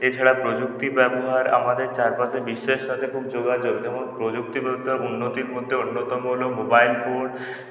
এছাড়া প্রযুক্তি ব্যবহার আমাদের চারপাশে বিশ্বের সাথে খুব যোগাযোগ যেমন প্রযুক্তির মধ্যে উন্নতির মধ্যে অন্যতম হলো মোবাইল ফোন